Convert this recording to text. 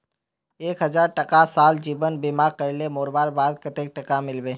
एक हजार टका साल जीवन बीमा करले मोरवार बाद कतेक टका मिलबे?